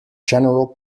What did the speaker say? general